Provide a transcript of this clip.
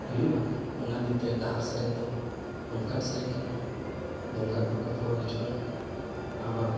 ᱦᱩᱭᱩᱜᱼᱟ ᱚᱱᱟ ᱠᱷᱟᱹᱛᱤᱨ ᱛᱮ ᱰᱟᱦᱟᱨ ᱥᱮᱨᱮᱧ ᱫᱚ ᱱᱚᱝᱠᱟᱱ ᱥᱮᱨᱮᱧ ᱠᱟᱱᱟ ᱵᱚᱸᱜᱟᱼᱵᱩᱨᱩ ᱦᱚᱸᱠᱚ ᱦᱤᱡᱩᱜᱼᱟ ᱟᱨ ᱵᱟᱝ